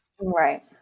Right